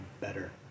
better